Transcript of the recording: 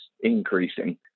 increasing